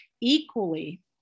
equally